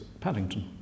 Paddington